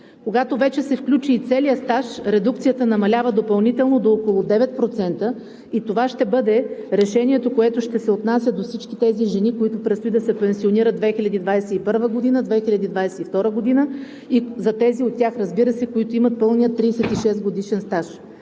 Когато вече се включи и целият стаж, редукцията намалява допълнително до около 9% и това ще бъде решението, което ще се отнася до всички тези жени, които предстои да се пенсионират 2021 г. – 2022 г. и за тези от тях, разбира се, които имат пълния 36-годишен стаж.